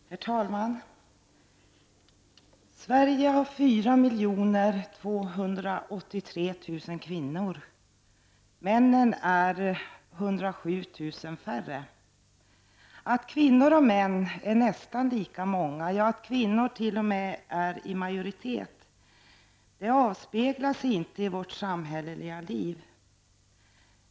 Herr talman! Sverige har 4 283 000 kvinnor, männen är 107 000 färre. Att kvinnor och män är nästan lika många -- ja, att kvinnorna t.o.m. är i majoritet -- avspeglar sig inte i vårt samhälleliga liv.